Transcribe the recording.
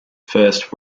first